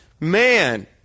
man